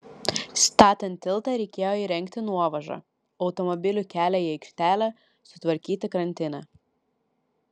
statant tiltą reikėjo įrengti nuovažą automobilių kelią į aikštelę sutvarkyti krantinę